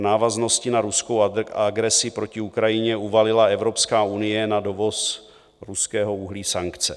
V návaznosti na ruskou agresi proti Ukrajině uvalila Evropská unie na dovoz ruského uhlí sankce.